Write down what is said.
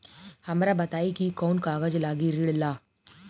हमरा बताई कि कौन कागज लागी ऋण ला?